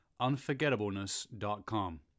Unforgettableness.com